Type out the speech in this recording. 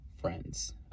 friends